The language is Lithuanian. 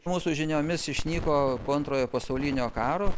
mūsų žiniomis išnyko po antrojo pasaulinio karo